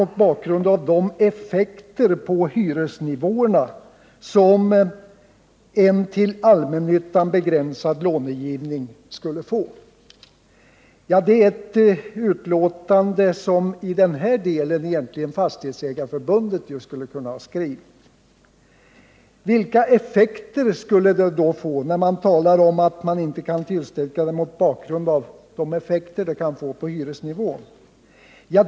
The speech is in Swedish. mot bakgrund av de effekter på hyresnivåerna” som en till allmännyttan begränsad långivning skulle få. Det är ett utlåtande som i den här delen skulle ha kunnat skrivas av Fastighetsägarförbundet. Vilka effekter skulle då förslagen få?